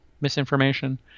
misinformation